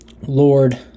Lord